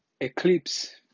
Eclipse